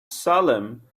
salem